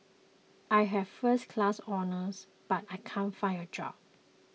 I have first class honours but I can't find a job